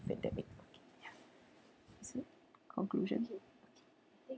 pandemic okay ya so conclusion